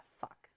fuck